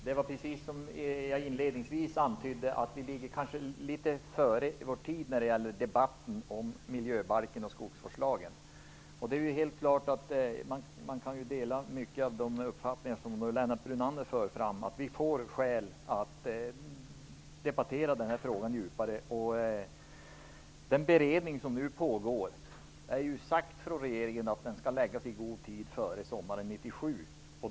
Fru talman! Vi ligger kanske litet före vår tid när det gäller debatten om miljöbalken och skogsvårdslagen, precis som jag antydde inledningsvis. Man kan dela många av de uppfattningar som Lennart Brunander för fram. Vi får skäl att debattera den här frågan djupare. Regeringen har ju sagt att den beredningen som nu pågår skall lägga fram sitt förslag i god tid före sommaren 1997.